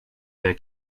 their